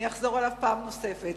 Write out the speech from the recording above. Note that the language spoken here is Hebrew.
אני אחזור עליו פעם נוספת.